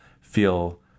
feel